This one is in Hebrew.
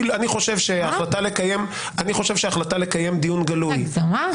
אני חושב שההחלטה לקיים דיון גלוי --- איזו הגזמה.